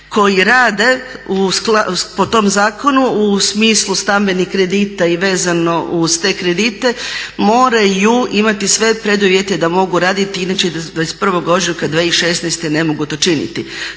koji rade po tom zakonu u smislu stambenih kredita i vezano uz te kredite moraju imati sve preduvjete da mogu raditi, inače 21. ožujka 2016. ne mogu to činiti.